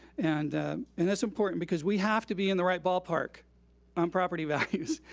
and and that's important because we have to be in the right ballpark on property values.